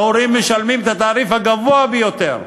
וההורים משלמים את התעריף הגבוה ביותר,